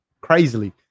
crazily